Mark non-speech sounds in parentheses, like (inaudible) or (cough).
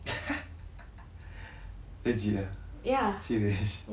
(laughs) (breath) legit ah serious